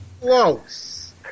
Close